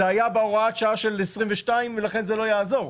זה היה בהוראת השעה של 2022 ולכן זה לא יעזור.